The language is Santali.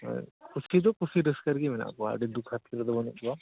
ᱦᱳᱭ ᱠᱩᱥᱤ ᱫᱚ ᱠᱩᱥᱤ ᱨᱟᱹᱥᱠᱟᱹ ᱨᱮᱜᱮ ᱢᱮᱱᱟᱜ ᱠᱚᱣᱟ ᱟᱹᱰᱤ ᱫᱩᱠ ᱦᱟᱨᱠᱮᱛ ᱨᱮᱫᱚ ᱵᱟᱹᱱᱩᱜ ᱠᱚᱣᱟ